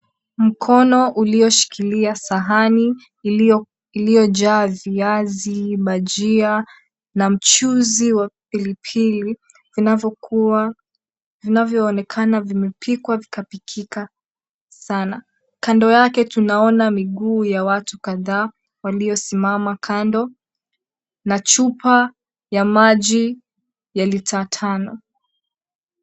Mkono ulioshikilia sahani iliyojaa viazi, bajia na mchuzi wa pili pili vinavyoonekana vimepikwa vikapikika sana. Kando yake tunaona miguuu ya watu kadhaa waliosimama kando na chupa ya maji ya lita tano.